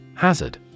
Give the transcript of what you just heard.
Hazard